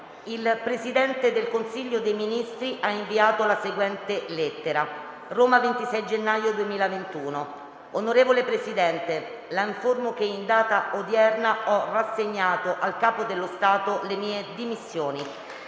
il Presidente del Consiglio dei ministri ha inviato la seguente lettera: «Roma, 26 gennaio 2021 Onorevole Presidente, La informo che in data odierna ho rassegnato al Capo dello Stato le mie dimissioni.